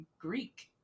Greek